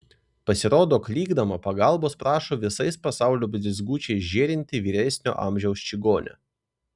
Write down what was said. pasirodo klykdama pagalbos prašo visais pasaulio blizgučiais žėrinti vyresnio amžiaus čigonė